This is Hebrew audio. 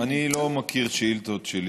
אני לא מכיר שאילתות שלי,